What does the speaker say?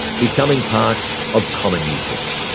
becoming part of common usage.